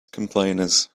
complainers